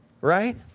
Right